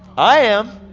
i am.